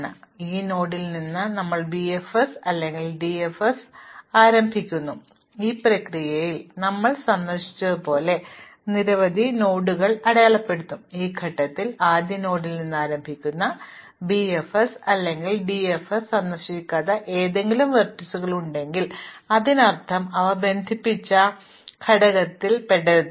ഇപ്പോൾ ഈ നോഡിൽ നിന്ന് ഞങ്ങൾ BFS അല്ലെങ്കിൽ DFS പ്രവർത്തിപ്പിക്കുന്നു ഈ പ്രക്രിയയിൽ ഞങ്ങൾ സന്ദർശിച്ചതുപോലെ നിരവധി നോഡുകൾ അടയാളപ്പെടുത്തും ഈ ഘട്ടത്തിൽ ആദ്യ നോഡിൽ നിന്ന് ആരംഭിക്കുന്ന BFS അല്ലെങ്കിൽ DFS സന്ദർശിക്കാത്ത ഏതെങ്കിലും വെർട്ടീസുകൾ ഉണ്ടെങ്കിൽ അതിനർത്ഥം അവ ബന്ധിപ്പിച്ച സമാന ഘടകത്തിൽ പെടരുത്